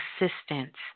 assistance